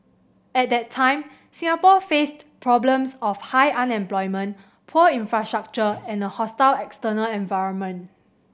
at that time Singapore faced problems of high unemployment poor infrastructure and a hostile external environment